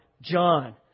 John